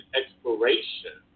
exploration